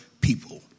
people